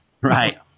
Right